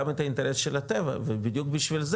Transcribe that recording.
גם את האינטרס של הטבע ובדיוק בשביל זה,